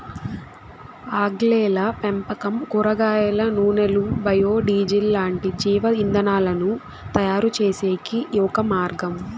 ఆల్గేల పెంపకం కూరగాయల నూనెలు, బయో డీజిల్ లాంటి జీవ ఇంధనాలను తయారుచేసేకి ఒక మార్గం